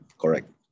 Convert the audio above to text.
Correct